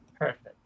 perfect